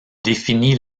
définit